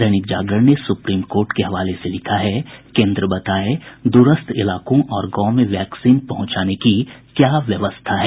दैनिक जागरण ने Supreme Court के हवाले से लिखा है केन्द्र बताये दूरस्थ इलाकों और गांव में वैक्सीन पहुंचाने की क्या व्यवस्था है